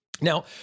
Now